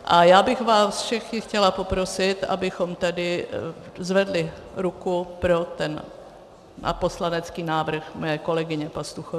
A já bych vás všechny chtěla poprosit, abychom tedy zvedli ruku pro poslanecký návrh mé kolegyně Pastuchové.